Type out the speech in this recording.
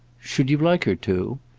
should you like her to?